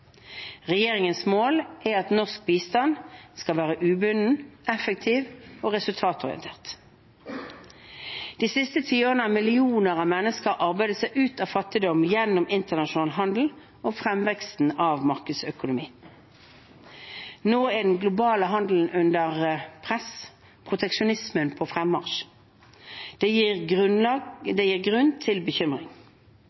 Regjeringens mål er at norsk bistand skal være ubunden, effektiv og resultatorientert. De siste tiårene har millioner av mennesker arbeidet seg ut av fattigdom gjennom internasjonal handel og fremveksten av markedsøkonomi. Nå er den globale handelen under press og proteksjonismen på fremmarsj. Det gir